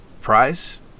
prize